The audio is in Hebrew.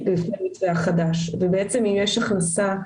את לא מרגישה טוב?